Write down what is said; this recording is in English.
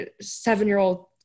seven-year-old